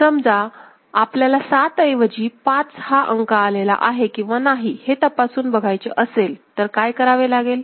समजा आपल्याला 7 ऐवजी 5 हा अंक आलेला आहे किंवा नाही हे तपासून बघायचे असेल तर काय करावे लागेल